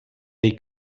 dei